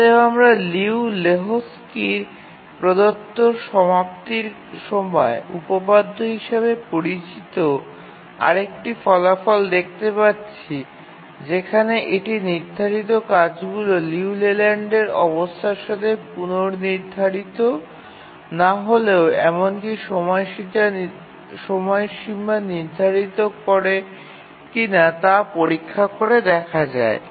অতএব আমরা লিউ এবং লেহোকস্কির প্রদত্ত সমাপ্তির সময় উপপাদ্য হিসাবে পরিচিত আরেকটি ফলাফল দেখতে পাচ্ছি যেখানে এটি নির্ধারিত কাজগুলি লিউ লেল্যান্ডের অবস্থার সাথে পূর্বনির্ধারিত না হলেও এমনকি সময়সীমা নির্ধারণ করে কিনা তা পরীক্ষা করে দেখা যায়